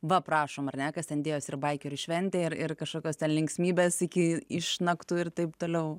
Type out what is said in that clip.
va prašom ar ne kas ten dėjosi ir baikerių šventė ir ir kažkokios ten linksmybės iki išnaktų ir taip toliau